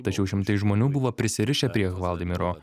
tačiau šimtai žmonių buvo prisirišę prie hvaldimiro